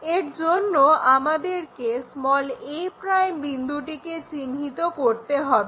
এর জন্য আমাদেরকে a' বিন্দুটিকে চিহ্নিত করতে হবে